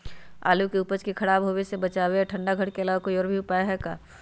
आलू के उपज के खराब होवे से बचाबे ठंडा घर के अलावा कोई और भी उपाय है का?